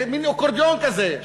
זה מין אקורדיון כזה,